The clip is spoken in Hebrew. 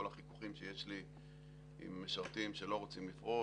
החיכוכים שיש לי עם משרתים שלא רוצים לפרוש,